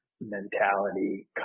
mentality